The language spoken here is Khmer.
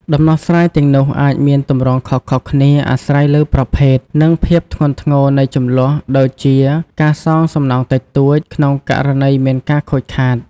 ដំណោះស្រាយទាំងនោះអាចមានទម្រង់ខុសៗគ្នា អាស្រ័យលើប្រភេទ និងភាពធ្ងន់ធ្ងរនៃជម្លោះ ដូចជា ការសងសំណងតិចតួច ក្នុងករណីមានការខូចខាត។